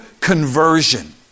conversion